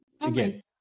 again